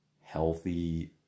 healthy